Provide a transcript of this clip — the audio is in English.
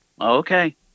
Okay